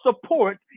support